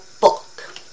book